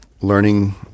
learning